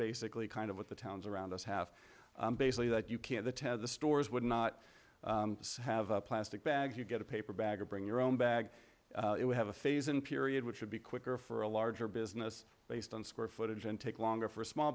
basically kind of what the towns around us have basically that you can't the stores would not have a plastic bag you get a paper bag or bring your own bag it would have a phase in period which would be quicker for a larger business based on square footage and take longer for small